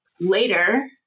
later